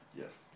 Yes